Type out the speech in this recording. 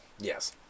Yes